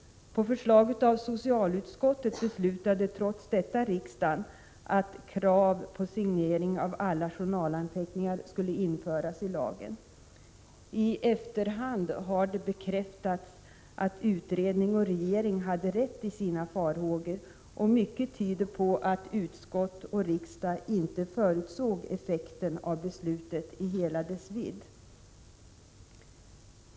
På förslag av socialutskottet beslutade riksdagen trots detta att krav på signering av alla journalanteckningar skulle införas i lagen. I efterhand har det bekräftats att utredning och regering hade rätt i sina farhågor, och mycket tyder på att utskott och riksdag inte i hela dess vidd förutsåg effekten av beslutet.